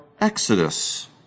exodus